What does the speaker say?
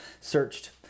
searched